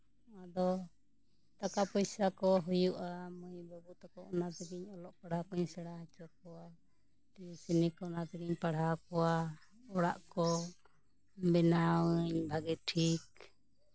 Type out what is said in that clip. ᱫᱚ ᱴᱟᱠᱟ ᱯᱚᱭᱥᱟ ᱠᱚ ᱦᱩᱭᱩᱜᱼᱟ ᱢᱟᱹᱭ ᱵᱟᱹᱵᱩ ᱛᱟᱠᱚ ᱚᱱᱟ ᱛᱮᱜᱤᱧ ᱚᱞᱚᱜ ᱯᱟᱲᱦᱟᱜ ᱠᱩᱧ ᱥᱮᱬᱟ ᱦᱚᱪᱚ ᱠᱚᱣᱟ ᱴᱤᱭᱩᱥᱤᱱᱤ ᱠᱚ ᱚᱱᱟ ᱛᱮᱜᱤᱧ ᱯᱟᱲᱦᱟᱣ ᱠᱚᱣᱟ ᱵᱮᱱᱟᱣ ᱟᱹᱧ ᱵᱷᱟᱜᱮ ᱴᱷᱤᱠ